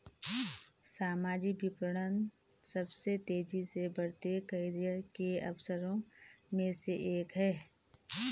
सामाजिक विपणन सबसे तेजी से बढ़ते करियर के अवसरों में से एक है